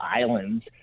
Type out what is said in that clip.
islands